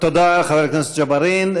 תודה לחבר הכנסת ג'בארין.